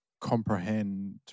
comprehend